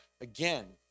again